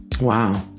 Wow